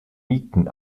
mieten